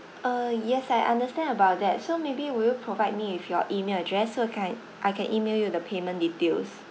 uh yes I understand about that so maybe will you provide me with your email address so can I can email you the payment details